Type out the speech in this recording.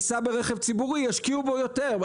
ניסע ברכב ציבורי ישקיעו בו יותר.